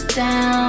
down